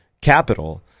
capital